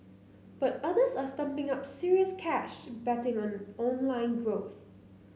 but others are stumping up serious cash betting on online growth